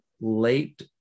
late